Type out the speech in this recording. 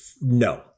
no